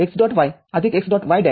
y x